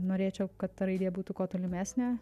norėčiau kad ta raidė būtų kuo tolimesnė